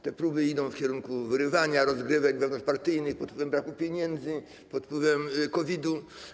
Te próby idą w kierunku wyrywania, rozgrywek wewnątrzpartyjnych pod wpływem braku pieniędzy, pod wpływem COVID-u.